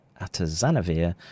atazanavir